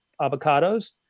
avocados